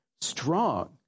strong